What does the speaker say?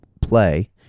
play